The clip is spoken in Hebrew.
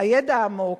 הידע העמוק,